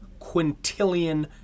quintillion